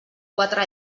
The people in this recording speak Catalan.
quatre